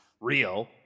real